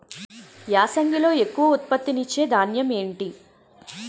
యాసంగిలో ఎక్కువ ఉత్పత్తిని ఇచే ధాన్యం ఏంటి?